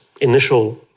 initial